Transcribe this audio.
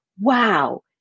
wow